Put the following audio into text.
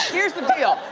here's the deal.